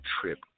trip